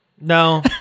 No